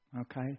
Okay